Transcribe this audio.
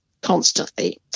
constantly